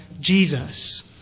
Jesus